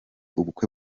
ubukwe